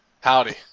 Howdy